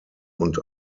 und